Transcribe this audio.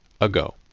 ago